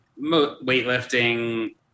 weightlifting